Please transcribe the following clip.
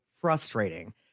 frustrating